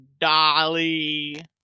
Dolly